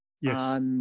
Yes